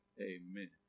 Amen